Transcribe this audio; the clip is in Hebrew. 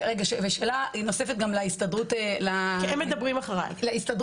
שאלה נוספת להסתדרות הרפואית.